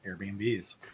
Airbnb's